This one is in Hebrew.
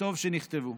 וטוב שנכתבו.